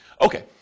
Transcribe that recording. Okay